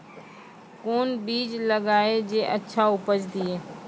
कोंन बीज लगैय जे अच्छा उपज दिये?